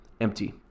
empty